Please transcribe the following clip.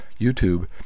YouTube